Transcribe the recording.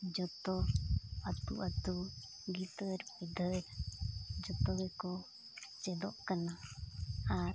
ᱡᱚᱛᱚ ᱟᱛᱳᱼᱟᱛᱳ ᱜᱤᱫᱟᱹᱨᱼᱯᱤᱫᱟᱹᱨ ᱡᱚᱛᱚᱜᱮᱠᱚ ᱪᱮᱫᱚᱜ ᱠᱟᱱᱟ ᱟᱨ